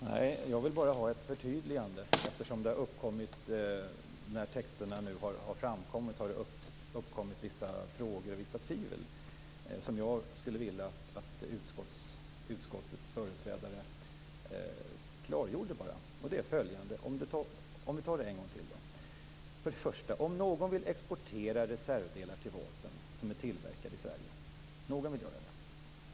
Fru talman! Jag vill bara ha ett förtydligande. När texterna nu har lagts fram har det uppkommit vissa frågor och vissa tvivel som jag skulle vilja att utskottets företrädare klargjorde. Vi tar det en gång till. För det första: Om någon vill exportera reservdelar till vapen som är tillverkade i Sverige.